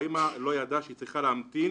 האם לא ידעה שהיא צריכה להמתין